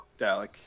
Dalek